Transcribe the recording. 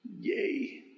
Yay